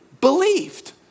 believed